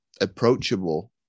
approachable